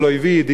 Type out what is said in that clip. ידידי,